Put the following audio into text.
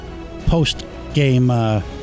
post-game